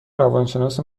روانشناس